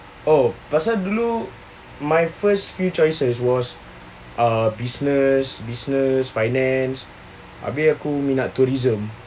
oh pasal dulu my first few choices was uh business business finance abeh aku minat tourism